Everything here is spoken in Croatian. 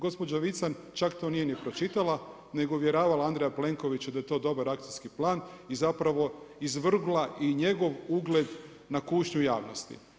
Gospođa Vican čak to nije ni pročitala nego uvjeravala Andreja Plenkovića da je to dobar akcijski plan i zapravo izvrgla i njegov ugled na kušnju javnosti.